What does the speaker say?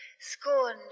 scorned